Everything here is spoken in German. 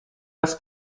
das